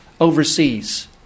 overseas